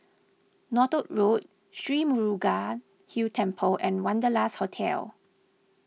Northolt Road Sri Murugan Hill Temple and Wanderlust Hotel